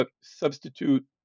substitute